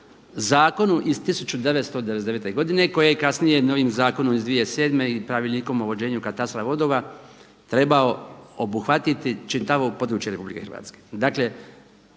zakonu iz 1999. godine koji je kasnije novim zakonom iz 2007. i pravilnikom o vođenju katastra vodova trebao obuhvatiti čitavo područje RH. Dakle,